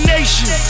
Nation